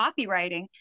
copywriting